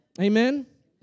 Amen